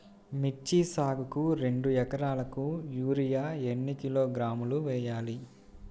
మిర్చి సాగుకు రెండు ఏకరాలకు యూరియా ఏన్ని కిలోగ్రాములు వేయాలి?